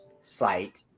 site